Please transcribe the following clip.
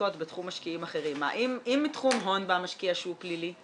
בדיקות בתחום משקיעים אחרים אם בתחום הון בא משקיע שהוא פלילי,